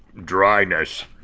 dryness.